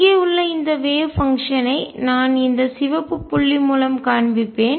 இங்கே உள்ள இந்த வேவ் பங்ஷன் ஐ அலை செயல்பாடு நான் இந்த சிவப்பு புள்ளி மூலம் காண்பிப்பேன்